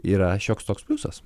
yra šioks toks pliusas